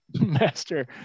master